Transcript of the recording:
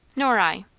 nor i.